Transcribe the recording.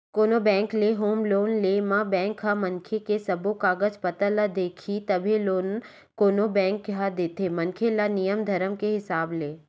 कोनो बेंक ले home loan ले म बेंक ह मनखे के सब्बो कागज पतर ल देखही तभे लोन कोनो बेंक ह देथे मनखे ल नियम धरम के हिसाब ले